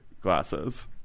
glasses